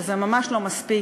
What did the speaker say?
שזה ממש לא מספיק,